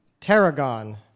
tarragon